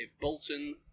Bolton